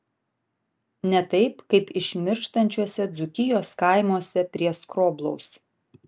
ne taip kaip išmirštančiuose dzūkijos kaimuose prie skroblaus